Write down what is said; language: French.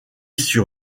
sur